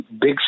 big